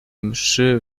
mszy